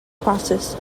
crosses